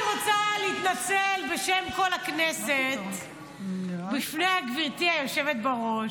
אני רוצה להתנצל בשם כל הכנסת בפני גברתי היושבת-ראש,